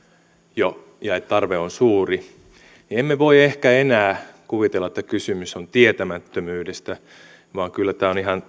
jo ja että tarve on suuri niin emme voi ehkä enää kuvitella että kysymys on tietämättömyydestä vaan kyllä tämä on ihan